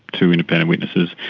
two independent witnesses.